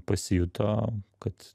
pasijuto kad